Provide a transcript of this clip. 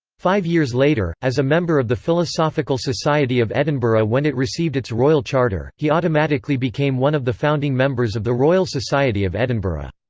five years later, as a member of the philosophical society of edinburgh when it received its royal charter, he automatically became one of the founding members of the royal society of edinburgh.